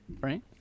right